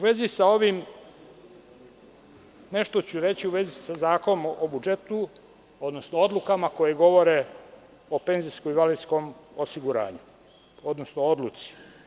Nešto ću reći u vezi sa Zakonom o budžetu, odnosno odlukama koje govore o penzijsko-invalidskom osiguranju, odnosno odluci.